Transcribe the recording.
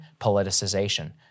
politicization